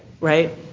right